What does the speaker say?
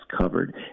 covered